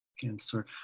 cancer